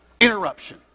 Interruption